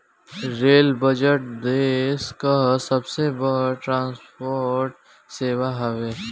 rail budget देस कअ सबसे बड़ ट्रांसपोर्ट सेवा हवे